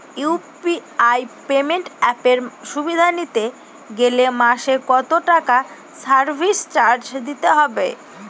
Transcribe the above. UPI payment অ্যাপের সুবিধা নিতে গেলে মাসে কত টাকা সার্ভিস চার্জ দিতে হবে?